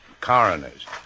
coroners